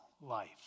life